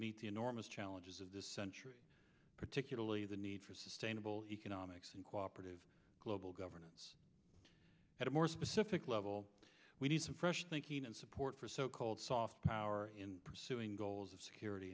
meet the enormous challenges of this century particularly the need for sustainable economics and cooperate of global governance at a more specific level we need some fresh thinking and support for so called soft power in pursuing goals of security